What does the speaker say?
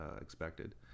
expected